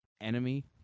enemy